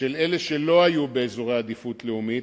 של אלה שלא היו באזורי עדיפות לאומית,